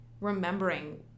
remembering